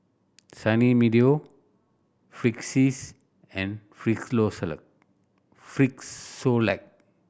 Sunny Meadow Friskies and Frisolac